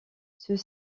ceux